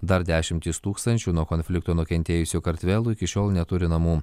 dar dešimtys tūkstančių nuo konflikto nukentėjusių kartvelų iki šiol neturi namų